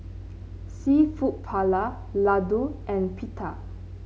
seafood Paella Ladoo and Pita